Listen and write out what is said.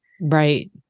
Right